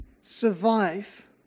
survive